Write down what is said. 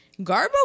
Garbo